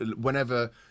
whenever